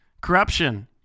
Corruption